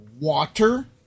water